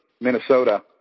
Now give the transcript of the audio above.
Minnesota